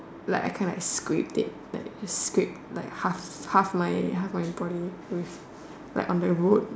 like I kind like scraped it like scrape like half half my half my body with like on the road